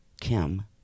Kim